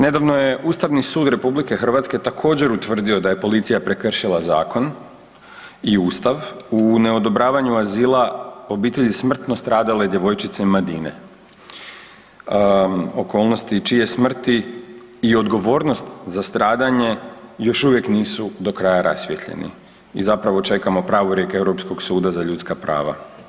Nedavno je Ustavni sud RH također utvrdio da je policija prekršila zakon i ustav u neodobravanju azila obitelji smrtno stradale djevojčice Madine, okolnost i čije smrti i odgovornost za stradanje još uvijek nisu do kraja rasvijetljeni i zapravo čekamo pravorijek Europskog suda za ljudska prava.